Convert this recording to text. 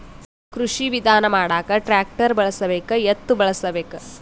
ಕೃಷಿ ವಿಧಾನ ಮಾಡಾಕ ಟ್ಟ್ರ್ಯಾಕ್ಟರ್ ಬಳಸಬೇಕ, ಎತ್ತು ಬಳಸಬೇಕ?